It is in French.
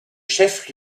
chef